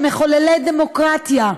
"מחוללי דמוקרטיה".